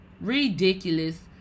ridiculous